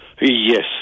yes